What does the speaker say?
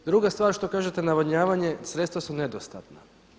Druga stvar što kažete navodnjavanje sredstva su nedostatna.